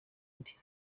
undi